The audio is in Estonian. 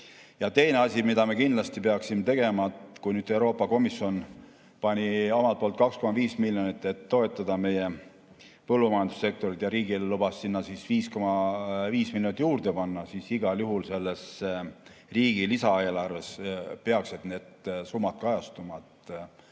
Teine asi, mida me kindlasti peaksime tegema. Kui Euroopa Komisjon pani omalt poolt 2,5 miljonit, et toetada meie põllumajandussektorit, ja riik lubas sinna 5,5 miljonit juurde panna, siis igal juhul riigi lisaeelarves peaksid need summad kajastuma.